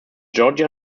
georgia